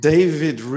David